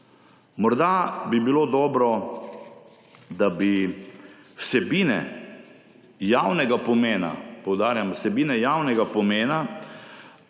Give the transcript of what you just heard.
Morda bi bilo dobro, da bi vsebine javnega pomena, poudarjam, vsebine javnega pomena